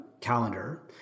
calendar